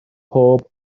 pob